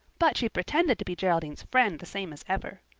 but she pretended to be geraldine's friend the same as ever.